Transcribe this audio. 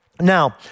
Now